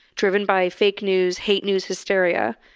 driven by fake news, hate news, hysteria.